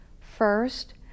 First